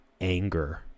anger